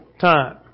time